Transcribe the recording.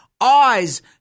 eyes